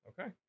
Okay